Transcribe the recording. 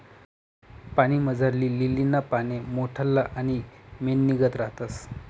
पाणीमझारली लीलीना पाने मोठल्ला आणि मेणनीगत रातस